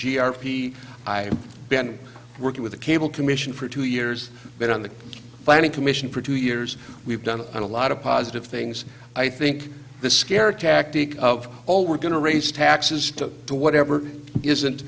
p i been working with the cable commission for two years been on the planning commission for two years we've done a lot of positive things i think the scare tactic of all we're going to raise taxes to do whatever isn't